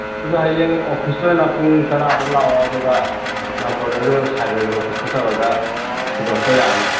ꯑꯗꯣ ꯍꯌꯦꯡ ꯑꯣꯐꯤꯁꯇꯥ ꯄꯨꯡ ꯇꯔꯥꯗ ꯂꯥꯛꯑꯣ ꯑꯗꯨꯒ ꯅꯝꯕꯔꯗꯁꯨ ꯁꯥꯏꯕꯔꯒꯤ ꯑꯣꯐꯤꯁꯇ ꯇꯧꯔꯒ ꯊꯤꯗꯣꯛꯄ ꯌꯥꯅꯤ